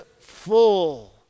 full